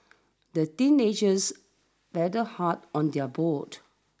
the teenagers paddled hard on their boat